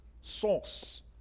source